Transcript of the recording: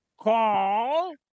call